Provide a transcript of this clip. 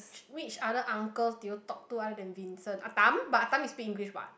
which which other uncles do you talk to other than Vincent Ah Tam but Ah Tam he speaks English what